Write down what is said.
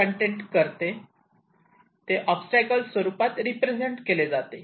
ते ऑब्स्टटॅकल स्वरूपात रिप्रेझेंट केले जाते